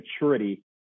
maturity